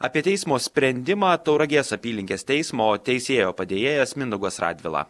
apie teismo sprendimą tauragės apylinkės teismo teisėjo padėjėjas mindaugas radvila